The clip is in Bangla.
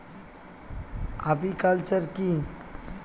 আপিকালচার কি?